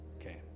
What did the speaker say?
Okay